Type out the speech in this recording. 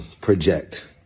project